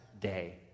day